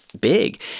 big